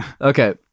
Okay